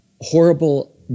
horrible